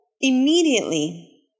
immediately